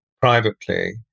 privately